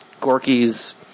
Gorky's